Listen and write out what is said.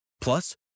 Plus